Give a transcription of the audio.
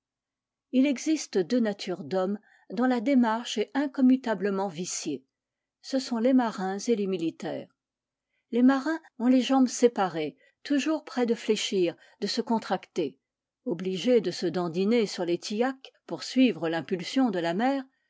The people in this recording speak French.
il existe deux natures d'hommes dont la démarche est incommutablement viciée ce sont les marins et les militaires les marins ont les jambes séparées toujours près de fléchir de se contracter obligés de se dandiner sur les tillacs pour suivre l'impulsion de la mer